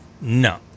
no